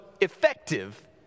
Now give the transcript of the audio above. effective